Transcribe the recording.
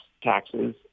taxes